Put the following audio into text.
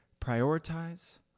prioritize